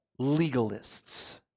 legalists